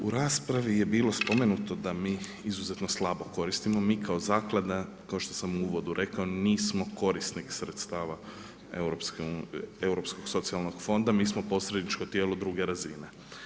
U raspravi je bilo spomenuto da mi izuzetno slabo koristimo, mi kao Zaklada kao što sam u uvodu rekao nismo korisnik sredstava Europskog socijalnog fonda, mi smo posredničko tijelo druge razine.